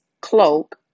cloak